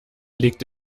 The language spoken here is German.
liegt